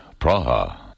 Praha